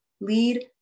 Lead